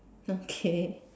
okay